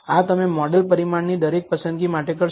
આ તમે મોડેલ પરિમાણની દરેક પસંદગી માટે કરશો